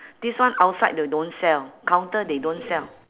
this one outside they don't sell counter they don't sell